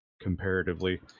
comparatively